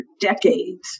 decades